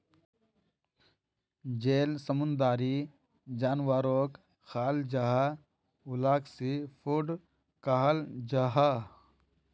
जेल समुंदरी जानवरोक खाल जाहा उलाक सी फ़ूड कहाल जाहा